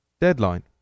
deadline